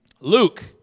Luke